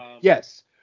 Yes